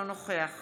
אינו נוכח